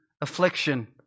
affliction